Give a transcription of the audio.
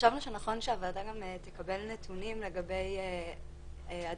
חשבנו שנכון שהוועדה גם תקבל נתונים לגבי עד